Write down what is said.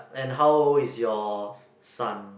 and how old is your son